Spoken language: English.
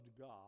God